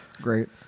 great